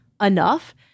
enough